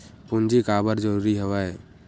पूंजी काबर जरूरी हवय?